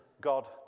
God